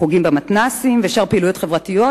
חוגים במתנ"סים ושאר פעילויות חברתיות,